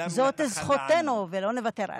זאת זכותנו ולא נוותר עליה.